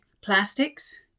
plastics